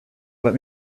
let